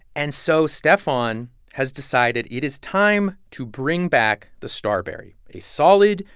and so stephon has decided it is time to bring back the starbury, a solid,